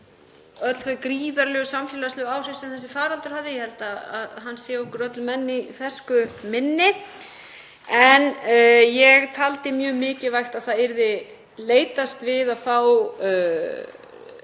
þau gríðarlegu samfélagslegu áhrif sem þessi faraldur hafði. Ég held að hann sé okkur öllum enn í fersku minni. Ég taldi mjög mikilvægt að það yrði leitast við að fá fræðilegt